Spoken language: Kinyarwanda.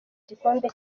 gikombe